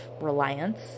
reliance